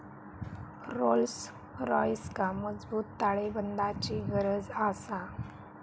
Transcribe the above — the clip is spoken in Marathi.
रोल्स रॉइसका मजबूत ताळेबंदाची गरज आसा